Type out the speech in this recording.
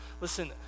Listen